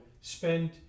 spend